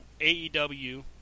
AEW